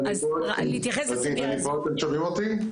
אתם שומעים אותי?